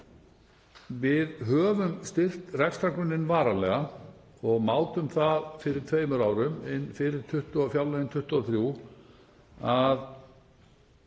Við höfum styrkt rekstrargrunninn varanlega og mátum það fyrir tveimur árum, fyrir fjárlögin 2023, að